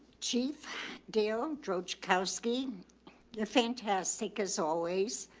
chief dale droege kaliski the fantastic as always,